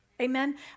Amen